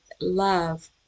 love